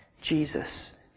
Jesus